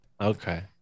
Okay